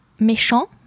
méchant